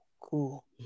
cool